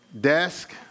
desk